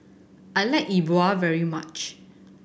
I like E Bua very much